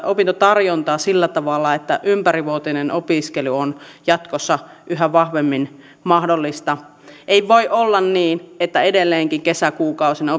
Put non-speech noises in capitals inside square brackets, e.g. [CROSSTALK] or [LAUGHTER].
opintotarjontaa sillä tavalla että ympärivuotinen opiskelu on jatkossa yhä vahvemmin mahdollista ei voi olla niin että edelleenkin kesäkuukausina [UNINTELLIGIBLE]